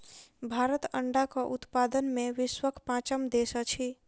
भारत अंडाक उत्पादन मे विश्वक पाँचम देश अछि